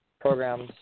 programs